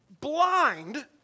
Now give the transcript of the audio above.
blind